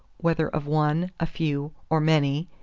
whether of one, a few, or many,